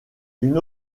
une